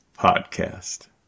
Podcast